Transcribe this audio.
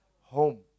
home